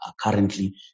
currently